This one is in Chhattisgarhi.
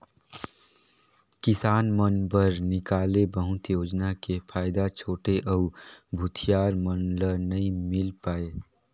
किसान मन बर निकाले बहुत योजना के फायदा छोटे अउ भूथियार मन ल नइ मिल पाये